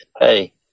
hey